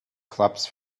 clubs